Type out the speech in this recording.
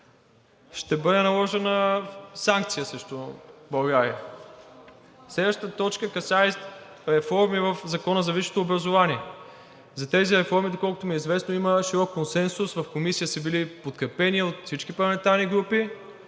ще бъде наложена санкция срещу България. Следващата точка касае реформи в Закона за висшето образование. За тези реформи, доколкото ми е известно, има широк консенсус – в Комисията са били подкрепени от всички парламентарни групи.